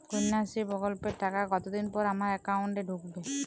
কন্যাশ্রী প্রকল্পের টাকা কতদিন পর আমার অ্যাকাউন্ট এ ঢুকবে?